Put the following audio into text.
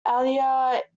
allier